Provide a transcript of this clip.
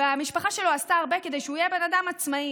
המשפחה שלו עשתה הרבה כדי שהוא יהיה בן אדם עצמאי,